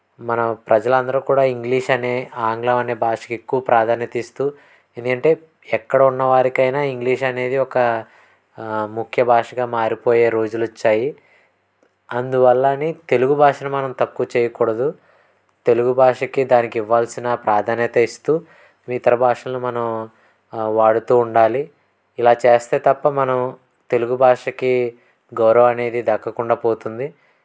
మన ప్రజలందరూ కూడా ఇంగ్లీష్ అనే ఆంగ్లం అనే భాషకు ఎక్కువ ప్రాధాన్యత ఇస్తూ ఎందుకంటే ఎక్కడ ఉన్నవారికైనా ఇంగ్లీష్ అనేది ఒక ముఖ్య భాషగా మారిపోయే రోజులు వచ్చాయి అందువల్ల అని తెలుగు భాషను మనం తక్కువ చేయకూడదు తెలుగు భాషకి దానికి ఇవ్వాల్సిన ప్రాధాన్యత ఇస్తూ ఇతర భాషలను మనం వాడుతు ఉండాలి ఇలా చేస్తే తప్ప మనం తెలుగు భాషకి గౌరవం అనేది దక్కకుండా పోతుంది